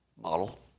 model